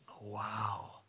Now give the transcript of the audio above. wow